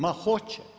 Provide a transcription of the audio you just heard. Ma hoće.